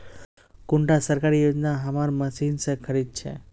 कुंडा सरकारी योजना हमार मशीन से खरीद छै?